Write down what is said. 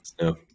no